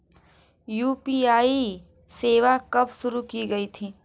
UPI सेवा कब शुरू की गई थी?